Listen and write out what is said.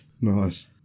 Nice